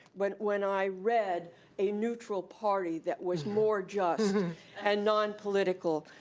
but when i read a neutral party that was more just and nonpolitical,